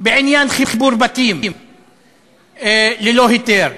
בעניין חיבור בתים ללא היתר.